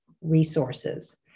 Resources